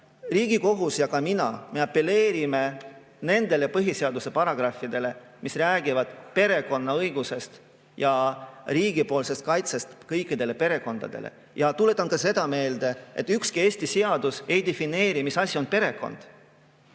Riigikohus ja ka mina apelleerime nendele põhiseaduse paragrahvidele, mis räägivad perekonnaõigusest ja riigipoolsest kaitsest kõikidele perekondadele. Ja tuletan ka seda meelde, et ükski Eesti seadus ei defineeri, mis asi on perekond.